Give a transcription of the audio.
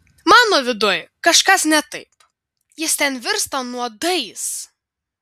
mano viduj kažkas ne taip jis ten virsta nuodais